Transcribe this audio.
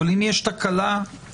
אבל אם יש תקלה במערכת,